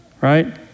Right